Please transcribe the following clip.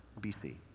BC